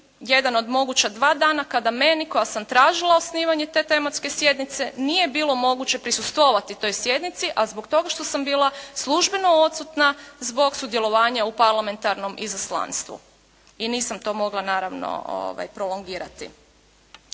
jedan od moguća dva dana kada meni koja sam tražila osnivanje te tematske sjednice nije bilo moguće prisustvovati toj sjednici, a zbog toga što sam bila službeno odsutna zbog sudjelovanja u parlamentarnom izaslanstvu i nisam to mogla naravno prolongirati.